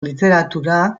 literatura